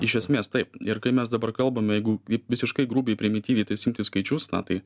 iš esmės taip ir kai mes dabar kalbame jeigu visiškai grubiai primityviai tais imti skaičius na tai